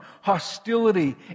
hostility